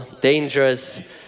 dangerous